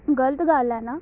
ਗ਼ਲਤ ਗੱਲ ਹੈ ਨਾ